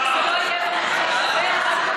האם זה אומר שזה לא יהיה במושב הזה?